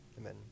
Amen